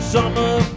Summer